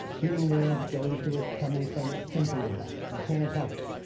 being there, going to it, coming from it, thinking about it. you can't help it.